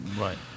Right